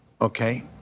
okay